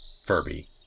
Furby